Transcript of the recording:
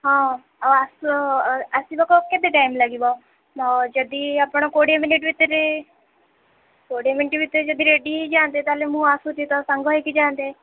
ହଁ ଆଉ ଆସ ଆସିବାକୁ ଆଉ କେତେ ଟାଇମ ଲାଗିବ ହଁ ଯଦି ଆପଣ କୋଡ଼ିଏ ମିନିଟ ଭିତରେ କୋଡ଼ିଏ ମିନିଟ ଭିତରେ ଯଦି ରେଡି ହୋଇଯାଆନ୍ତେ ତାହାଲେ ମୁଁ ଆସୁଛି ତ ସାଙ୍ଗ ହୋଇକି ଯାଆନ୍ତେ